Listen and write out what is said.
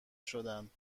شدند